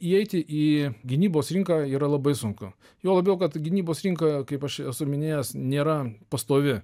įeiti į gynybos rinką yra labai sunku juo labiau kad gynybos rinka kaip aš esu minėjęs nėra pastovi